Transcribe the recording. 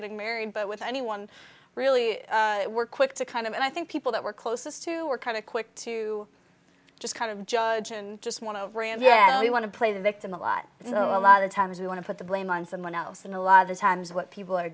getting married but with anyone really were quick to kind of i think people that were closest to or kind of quick to just kind of judge and just want to brand yeah you want to play the victim a lot so a lot of times we want to put the blame on someone else and a lot of times what people are